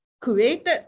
created